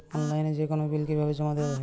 অনলাইনে যেকোনো বিল কিভাবে জমা দেওয়া হয়?